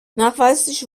nachweislich